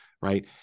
Right